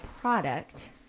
product